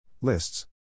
Lists